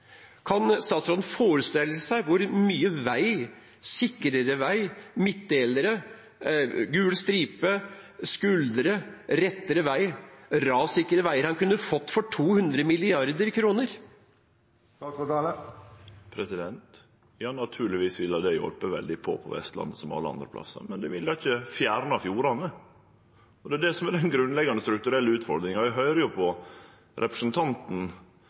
Kan statsråden forestille seg hvor mye vei – sikrere vei, midtdelere, gul stripe, skuldre, rettere vei, rassikker vei – han kunne fått for 200 mrd. kr? Ja, naturlegvis ville det ha hjelpt veldig på på Vestlandet, som på alle andre plassar, men det ville ikkje ha fjerna fjordane, og det er det som er den grunnleggjande strukturelle utfordringa. Eg høyrer på representanten